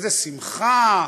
איזו שמחה.